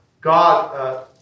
God